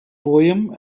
poem